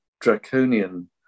draconian